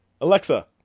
Alexa